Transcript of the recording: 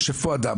יש פה אדם,